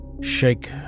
shake